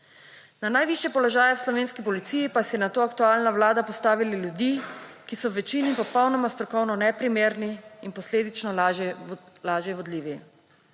Na najvišje položaje v slovenski policiji pa si je nato aktualna vlada postavila ljudi, ki so v večini popolnoma strokovno neprimerni in posledično lažje vodljivi.